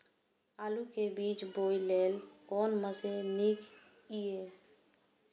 आलु के बीज बोय लेल कोन मशीन नीक ईय?